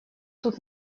тут